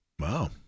Wow